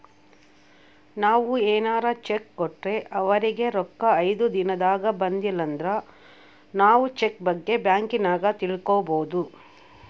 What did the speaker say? ನಾವು ಏನಾರ ಚೆಕ್ ಕೊಟ್ರೆ ಅವರಿಗೆ ರೊಕ್ಕ ಐದು ದಿನದಾಗ ಬಂದಿಲಂದ್ರ ನಾವು ಚೆಕ್ ಬಗ್ಗೆ ಬ್ಯಾಂಕಿನಾಗ ತಿಳಿದುಕೊಬೊದು